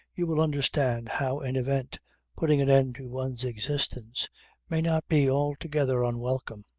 you will understand how an event putting an end to one's existence may not be altogether unwelcome.